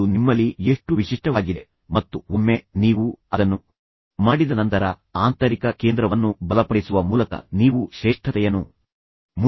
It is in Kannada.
ಅದು ನಿಮ್ಮಲ್ಲಿ ಎಷ್ಟು ವಿಶಿಷ್ಟವಾಗಿದೆ ನಿಮ್ಮ ಸಾಮರ್ಥ್ಯ ಮತ್ತು ಒಮ್ಮೆ ನೀವು ಅದನ್ನು ಮಾಡಿದ ನಂತರ ಆಂತರಿಕ ಕೇಂದ್ರವನ್ನು ಬಲಪಡಿಸುವ ಮೂಲಕ ನೀವು ಶ್ರೇಷ್ಠತೆಯನ್ನು ಮುಂದುವರಿಸಲು ಸಾಧ್ಯವಾಗುತ್ತದೆ ಎಂದು ನಾನು ಸಲಹೆ ನೀಡಿದ್ದೇನೆ